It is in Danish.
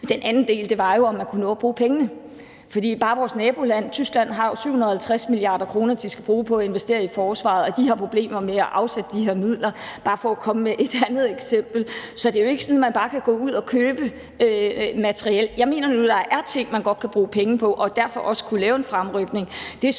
Den anden grund var jo, om man kunne nå at bruge pengene. Bare vores nabo Tyskland har jo 750 mia. kr., som de skal bruge på at investere i forsvaret, og de har problemer med at afsætte de her midler – bare for at komme med et andet eksempel. Så det er jo ikke sådan, at man bare kan gå ud at købe materiel. Jeg mener nu, at der er ting, man godt kan bruge penge på, så man derfor også kunne lave en fremrykning.